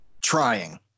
trying